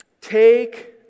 take